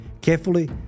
carefully